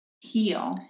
heal